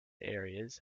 areas